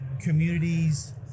communities